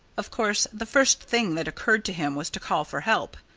of course, the first thing that occurred to him was to call for help.